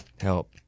help